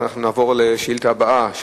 אנחנו נעבור לשאילתא הבאה,